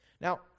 Now